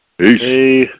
Peace